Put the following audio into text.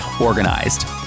organized